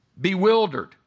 bewildered